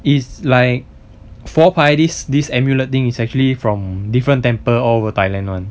is like phor pae this this amulet thing is actually from different temper over thailand [one]